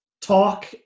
talk